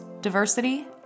diversity